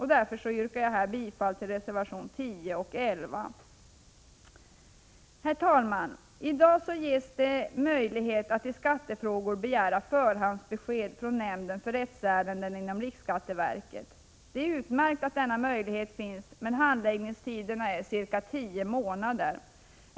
Här yrkar jag bifall till reservationerna 10 och 11. Herr talman! I dag ges det möjlighet att i skattefrågor begära förhandsbesked från nämnden för rättsärenden inom riksskatteverket. Det är utmärkt att denna möjlighet finns, men handläggningstiden är cirka tio månader.